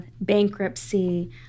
bankruptcy